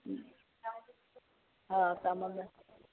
ହଁ କାମ